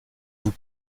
vous